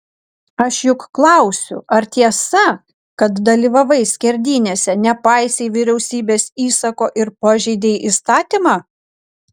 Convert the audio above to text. aš juk klausiu ar tiesa kad dalyvavai skerdynėse nepaisei vyriausybės įsako ir pažeidei įstatymą